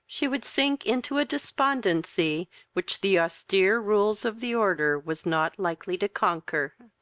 she would sink into a despondency which the austere rules of the order was not likely to conquer.